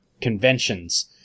conventions